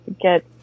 get